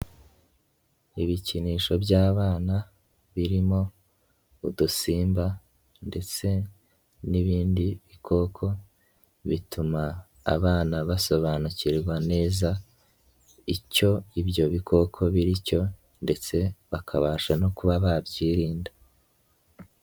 Ibikinisho by'abana birimo udusimba ndetse n'ibindi bikoko, bituma abana basobanukirwa neza, icyo ibyo bikoko biri cyo ndetse bakabasha no kuba babyirinda.